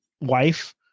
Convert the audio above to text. wife